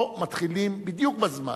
פה מתחילים בדיוק בזמן,